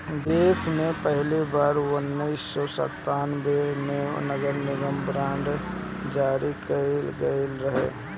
देस में पहिली बार उन्नीस सौ संतान्बे में नगरनिगम बांड के जारी कईल गईल रहे